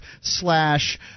slash